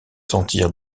sentir